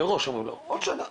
מראש אומרים לה עוד שנה.